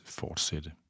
fortsætte